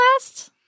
last